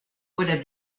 voilà